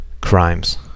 crimes